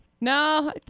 No